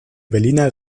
berliner